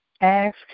ask